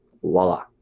Voila